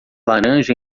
laranja